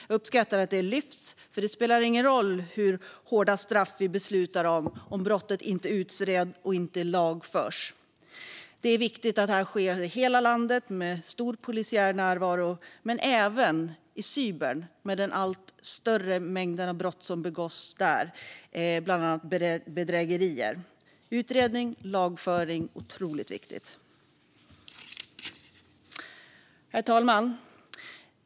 Jag uppskattar att detta lyfts fram, eftersom det inte spelar någon roll hur hårda straff som vi beslutar om ifall brottet inte utreds och inte lagförs. Det är viktigt att detta sker i hela landet med stor polisiär närvaro, men även i "cybern" med den allt större mängden brott som begås där, bland annat bedrägerier. Utredning och lagföring är otroligt viktiga. Herr talman!